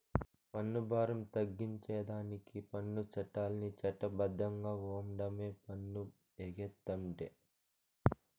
పన్ను బారం తగ్గించేదానికి పన్ను చట్టాల్ని చట్ట బద్ధంగా ఓండమే పన్ను ఎగేతంటే